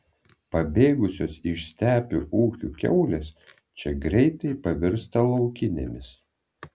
pabėgusios iš stepių ūkių kiaulės čia greitai pavirsta laukinėmis